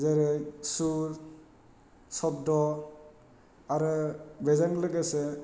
जेरै सुर सब्द' आरो बेजों लोगोसे